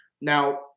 Now